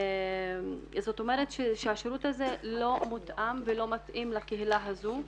זאת אומרת שהשירות הזה לא מותאם ולא מתאים לקהילה הזו.